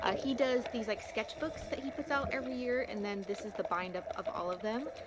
ah he does these like sketchbooks that he puts out every year, and then this is the bind up of all of them.